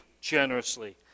generously